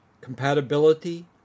compatibility